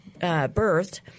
birthed